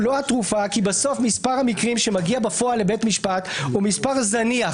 כי בסוף מספר המקרים שמגיע בפועל לבית משפט הוא מספר זניח